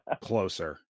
closer